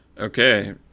Okay